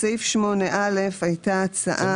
בסעיף 8א הייתה הצעה